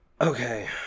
Okay